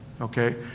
okay